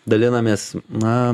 dalinamės na